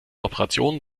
operationen